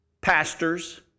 pastors